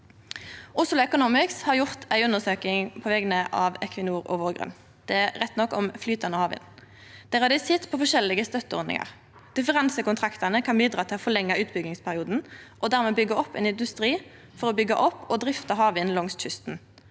Oslo Economics har gjort ei undersøking på vegner av Equinor og Vårgrønn, rett nok om flytande havvind. Der har dei sett på forskjellige støtteordningar. Differansekontraktane kan bidra til å forlengje utbyggingsperioden og dermed byggje opp ein industri for å byggje opp og drifte havvind langs kysten.